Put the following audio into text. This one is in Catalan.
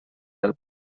del